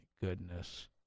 goodness